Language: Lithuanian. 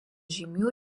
žymių